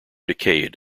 decayed